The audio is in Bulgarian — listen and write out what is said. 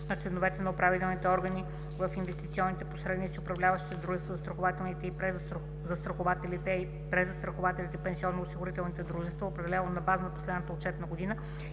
на членовете на управителните органи в инвестиционните посредници, управляващите дружества, застрахователите, презастрахователите и пенсионноосигурителните дружества, определено на базата на последната отчетна година